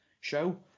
show